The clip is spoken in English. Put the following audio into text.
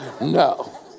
No